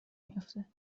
میافته